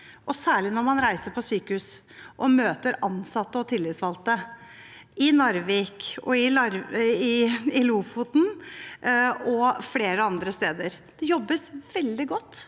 og særlig når man reiser til sykehus og møter ansatte og tillitsvalgte i Narvik og i Lofoten og flere andre steder. Det jobbes veldig godt